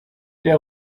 der